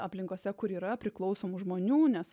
aplinkose kur yra priklausomų žmonių nes